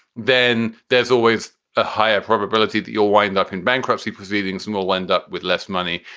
then there's always a higher probability that you'll wind up in bankruptcy proceedings and will end up with less money.